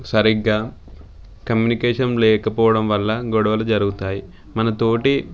సరిగా కమ్యూనికేషన్ లేకపోవడం వల్ల గొడవలు జరుగుతాయి మన తోటి